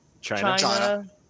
China